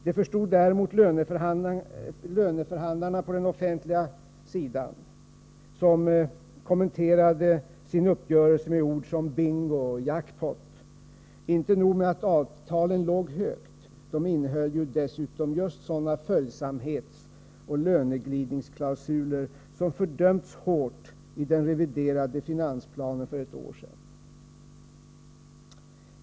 Det förstod däremot löneförhandlarna på den offentliga sidan, som kommenterade sin uppgörelse med ord som ”bingo” och ”jackpot”. Inte nog med att avtalen låg högt — de innehöll dessutom just sådana följsamhetsoch löneglidningsklausuler som fördömts hårt i den reviderade finansplanen för ett år sedan.